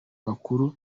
bakuru